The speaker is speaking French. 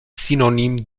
synonyme